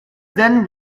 then